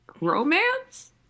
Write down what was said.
romance